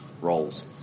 roles